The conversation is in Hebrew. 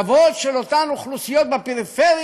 כבוד של אותן אוכלוסיות בפריפריה,